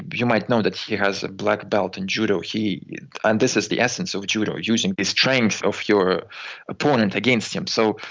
you might know that he has a black belt in judo, and this is the essence of judo, using the strength of your opponent against him. so,